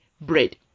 bread